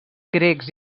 grecs